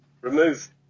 Remove